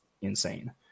insane